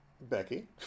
Becky